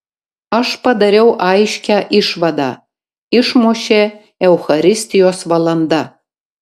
aš padariau aiškią išvadą išmušė eucharistijos valanda